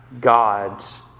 God's